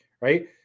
Right